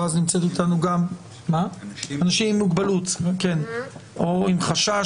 נמצאת פה גם עורכת הדין אשל מהמועצה